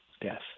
death